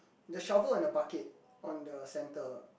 the shovel on the bucket on the centre